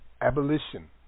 Abolition